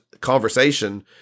conversation